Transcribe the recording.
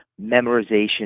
memorization